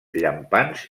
llampants